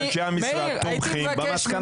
אנשי המשרד תומכים במסקנה הזאת?